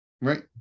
right